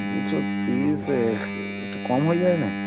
দুশো তিরিশে এখ একটু কম হয়ে যায় না